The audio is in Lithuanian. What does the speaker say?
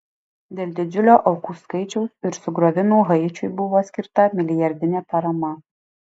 dėl didžiulio aukų skaičiaus ir sugriovimų haičiui buvo skirta milijardinė parama